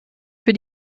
für